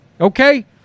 okay